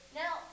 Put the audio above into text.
now